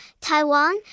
Taiwan